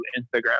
instagram